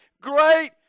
great